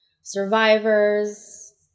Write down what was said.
survivors